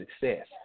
success